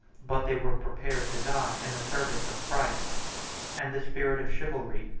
but they were prepared to die, in the service of christ and the spirit of chivalry,